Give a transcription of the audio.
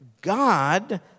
God